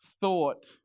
thought